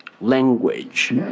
language